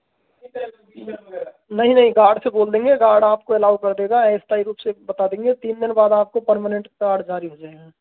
नहीं नहीं गॉर्ड से बोल देंगे गार्ड आपको अलाउ कर देगा अस्थाई रूप से बता देंगे तीन दिन बाद आपको परमनेंट कार्ड जारी हो जाएगा